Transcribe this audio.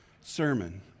sermon